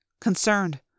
concerned